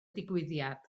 digwyddiad